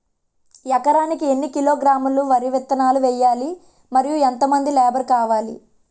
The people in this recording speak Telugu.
ఎకరానికి ఎన్ని కిలోగ్రాములు వరి విత్తనాలు వేయాలి? మరియు ఎంత మంది లేబర్ కావాలి?